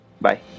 Bye